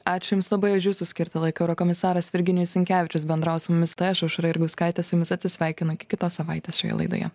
ačiū jums labai aš jūsų skirtą laiką eurokomisaras virginijus sinkevičius bendravo su mumis tai aš aušra jurgauskaitė su jumis atsisveikinu iki kitos savaitės šioje laidoje